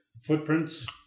footprints